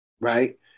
right